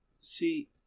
See